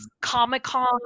comic-con